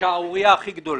השערורייה הכי גדולה.